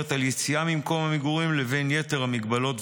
על יציאה ממקום המגורים לבין יתר המגבלות,